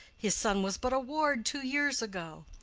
his son was but a ward two years ago.